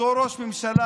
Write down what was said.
אותו ראש ממשלה,